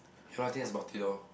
you know I think that's about it lor